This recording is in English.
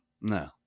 No